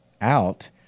out